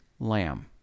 lamb